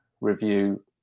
review